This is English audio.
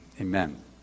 amen